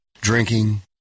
Drinking